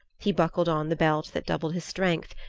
he buckled on the belt that doubled his strength.